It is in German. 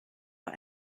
vor